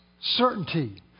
certainty